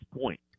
point